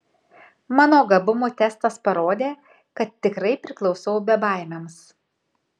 mano gabumų testas parodė kad tikrai priklausau bebaimiams